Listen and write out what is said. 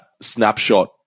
snapshot